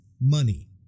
money